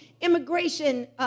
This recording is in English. immigration